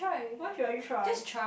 why should I try